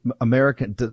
american